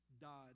died